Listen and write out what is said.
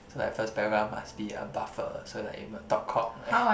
so like first paragraph must be a buffer so like you might talk cock and